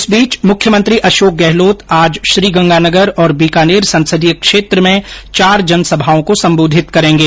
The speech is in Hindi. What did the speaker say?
इस बीच मुख्यमंत्री अशोक गहलोत आज श्रीगंगानगर और बीकानेर संसदीय क्षेत्र में चार जनसभाओं को संबोधित करेंगे